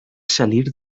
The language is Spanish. salir